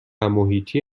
محیطی